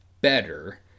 better